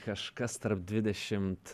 kažkas tarp dvidešimt